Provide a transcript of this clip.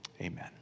Amen